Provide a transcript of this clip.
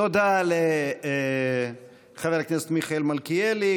תודה לחבר הכנסת מיכאל מלכיאלי.